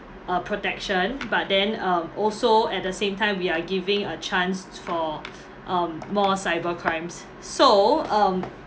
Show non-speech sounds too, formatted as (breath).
a protection but then um also at the same time we are giving a chance for (breath) um more cyber crimes so um